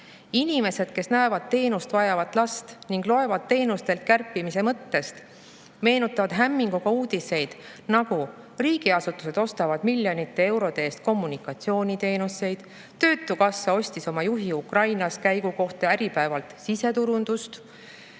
traumata. Inimesed, kes näevad teenust vajavat last ning loevad teenustelt kärpimise mõttest, meenutavad hämminguga uudiseid, nagu "Riigiasutused ostavad miljonite eurode eest kommunikatsiooniteenuseid", "Töötukassa ostis oma juhi Ukrainas käigu kohta Äripäevalt sisuturundust"